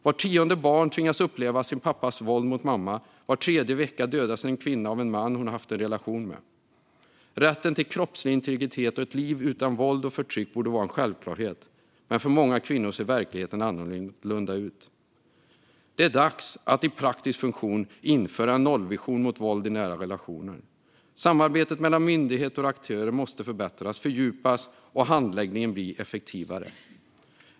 Vart tionde barn tvingas uppleva sin pappas våld mot mamma, och var tredje vecka dödas en kvinna av en man hon har haft en relation med. Rätten till kroppslig integritet och ett liv utan våld och förtryck borde vara en självklarhet. Men för många kvinnor ser verkligheten annorlunda ut. Det är dags att införa en nollvision i praktiken när det gäller våld i nära relationer. Samarbetet mellan myndigheter och aktörer måste förbättras och fördjupas, och handläggningen måste bli effektivare.